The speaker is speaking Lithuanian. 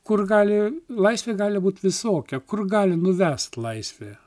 kur gali laisvė gali būt visokia kur gali nuvest laisvė